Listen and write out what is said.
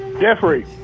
Jeffrey